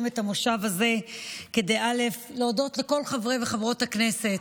את המושב הזה כדי להודות לכל חברי וחברות הכנסת,